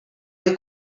või